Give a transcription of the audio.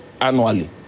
annually